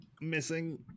missing